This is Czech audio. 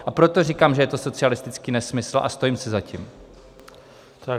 A proto říkám, že to je socialistický nesmysl, a stojím si za tím.